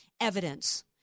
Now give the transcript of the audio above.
evidence